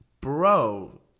Bro